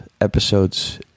episodes